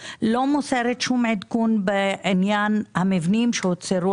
לא מוסרת שום עדכון בעניין המבנים שהוצהרו